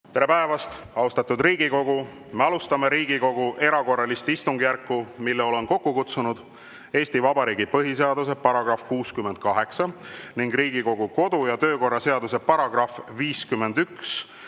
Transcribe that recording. Tere päevast, austatud Riigikogu! Me alustame Riigikogu erakorralist istungjärku, mille olen kokku kutsunud Eesti Vabariigi põhiseaduse § 68 ning Riigikogu kodu- ja töökorra seaduse § 51